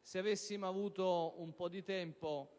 Se avessimo avuto un po' di tempo